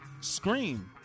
Scream